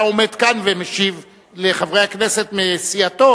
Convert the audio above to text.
היה עומד כאן ומשיב לחברי כנסת מסיעתו